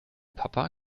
papa